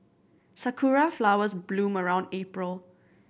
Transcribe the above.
sakura flowers bloom around April